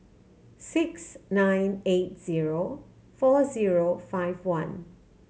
six nine eight zero four zero five one